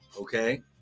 okay